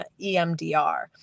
EMDR